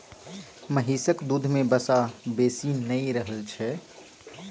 महिषक दूध में वसा बेसी नहि रहइ छै